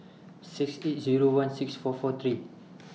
six eight Zero one six four four three